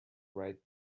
right